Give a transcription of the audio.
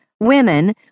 women